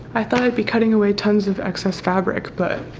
i thought i'd be cutting away tons of excess fabric, but